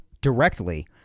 directly